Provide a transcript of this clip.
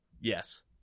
Yes